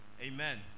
Amen